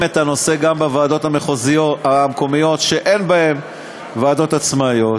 לקדם את הנושא גם בוועדות המקומיות שאין בהן ועדות עצמאיות,